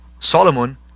Solomon